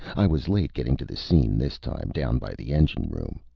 i was late getting to the scene this time, down by the engine room.